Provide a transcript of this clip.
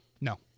no